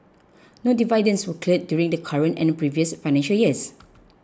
no dividends were declared during the current and previous financial years